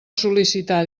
sol·licitar